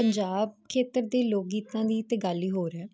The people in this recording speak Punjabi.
ਪੰਜਾਬ ਖੇਤਰ ਦੇ ਲੋਕ ਗੀਤਾਂ ਦੀ ਤੇ ਗੱਲ ਹੀ ਹੋਰ ਐ